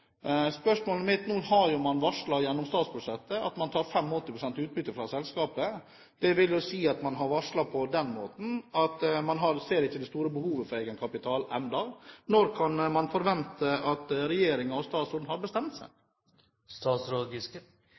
Nå har man varslet gjennom statsbudsjettet at man tar 85 pst. utbytte fra selskapet. Det vil si at man på den måten har varslet at man ikke ser det store behovet for egenkapital ennå. Når kan man forvente at regjeringen og statsråden bestemmer seg? Vi har